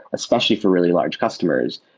especially for really large customers,